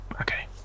Okay